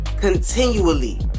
Continually